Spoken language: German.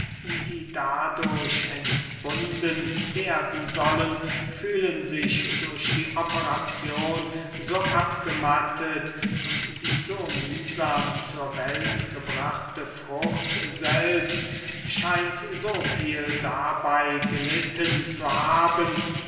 die dadurch entbunden werden sollen fühlen sich durch die operazion so abgemattet und die so mühsam zur welt gebrachte frucht selbst scheint so viel dabey gelitten zu haben